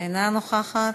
אינה נוכחת,